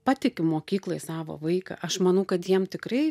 patiki mokyklai savo vaiką aš manau kad jiem tikrai